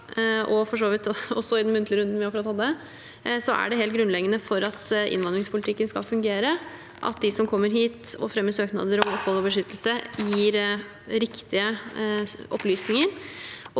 også i den muntlige runden vi akkurat hadde – er det helt grunnleggende for at innvandringspolitikken skal fungere, at de som kommer hit og fremmer søknader om opphold og beskyttelse, gir riktige opplysninger.